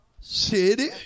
city